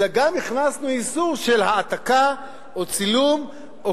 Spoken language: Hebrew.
אלא הכנסנו איסור של העתקה או צילום או